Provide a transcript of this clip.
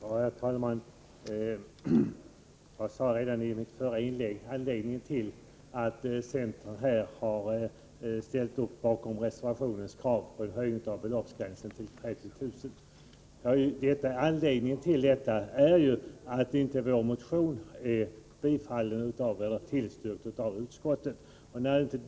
Herr talman! Jag sade redan i mitt förra inlägg varför centern här har ställt sig bakom reservationens krav på en till 30 000 kr. höjd beloppsgräns. Anledningen till detta är ju att vår motion inte tillstyrktes av utskottet.